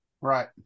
Right